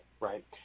right